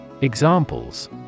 Examples